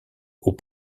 aux